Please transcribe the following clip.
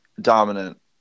dominant